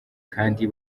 kandi